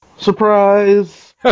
Surprise